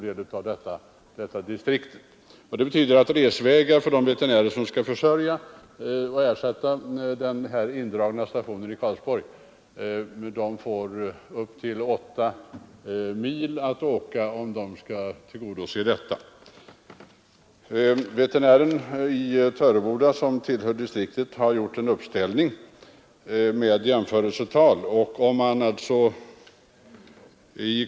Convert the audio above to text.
Det betyder att resvägen för de veterinärer som skall ha hand om området — och ersätta den indragna stationen i Karlsborg — blir upp till åtta mil. Veterinären i Töreboda, som tillhör distriktet, har gjort en uppställning med jämförelsetal.